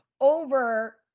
over